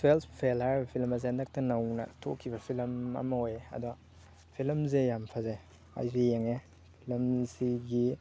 twelve fail ꯍꯥꯏꯔꯤꯕ film ꯑꯁꯦ ꯍꯟꯗꯛꯇ ꯅꯧꯅ ꯊꯣꯛꯈꯤꯕ ꯐꯤꯂꯝ ꯑꯃ ꯑꯣꯏꯋꯦ ꯑꯗꯣ ꯐꯤꯂꯝꯁꯦ ꯌꯥꯝ ꯐꯖꯩ ꯑꯩꯁꯨ ꯌꯦꯡꯉꯦ ꯐꯤꯂꯝꯁꯤꯒꯤ